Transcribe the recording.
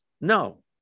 No